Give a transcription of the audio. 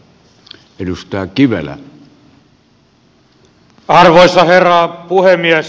arvoisa herra puhemies